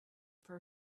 for